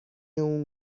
اون